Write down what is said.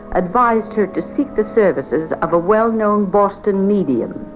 advised her to seek the services of a well known boston medium,